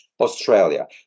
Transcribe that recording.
Australia